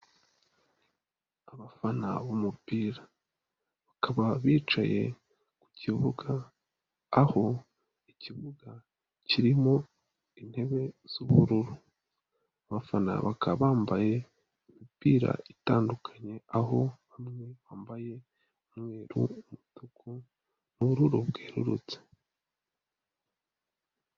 Abafana b'umupira, bakaba bicaye ku kibuga, aho ikibuga kirimo intebe z'ubururu, abafana bakaba bambaye imipira itandukanye, aho bamwe bambaye umweru, umutuku n'ubururu bwerurutse.